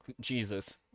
Jesus